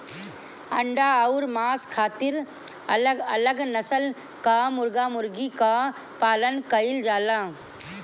अंडा अउर मांस खातिर अलग अलग नसल कअ मुर्गा मुर्गी कअ पालन कइल जाला